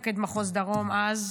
מפקד מחוז דרום אז,